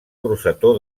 rosetó